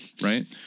right